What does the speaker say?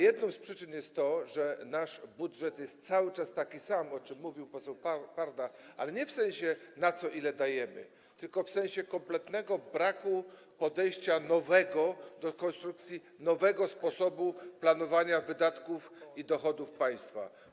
Jedną z przyczyn jest to, że nasz budżet jest cały czas taki sam, o czym mówił poseł Parda, ale nie w sensie tego, na co i ile dajemy, tylko w sensie kompletnego braku nowego podejścia do konstrukcji, nowego sposobu planowania wydatków i dochodów państwa.